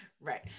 Right